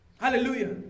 hallelujah